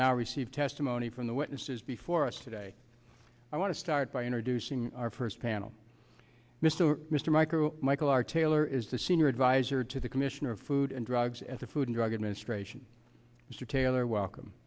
now receive testimony from the witnesses before us today i want to start by introducing our first panel mr mr micro michael r taylor is the senior advisor to the commissioner of food and drugs at the food and drug